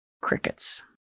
Crickets